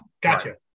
Gotcha